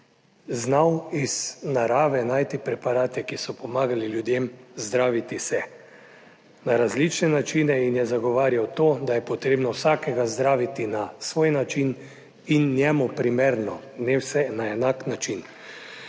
znal iz narave najti preparate, ki so pomagali ljudem zdraviti se na različne načine in je zagovarjal to, da je potrebno vsakega zdraviti na svoj način in njemu primerno, ni vse na enak način.